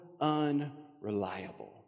unreliable